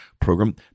program